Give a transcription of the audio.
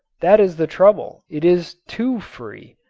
that is the trouble it is too free.